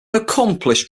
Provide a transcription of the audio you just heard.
accomplished